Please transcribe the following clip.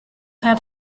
have